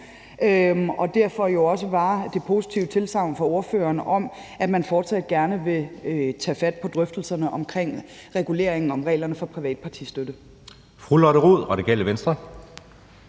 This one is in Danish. var der jo også det positive tilsagn fra ordføreren om, at man fortsat gerne vil tage fat på drøftelserne omkring reguleringen om reglerne for privat partistøtte.